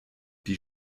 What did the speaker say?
die